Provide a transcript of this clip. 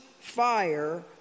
fire